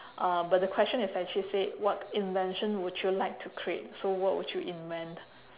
uh but the question is actually said what invention would you like to create so what would you invent